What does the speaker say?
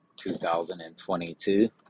2022